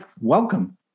welcome